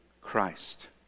Christ